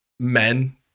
Men